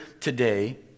today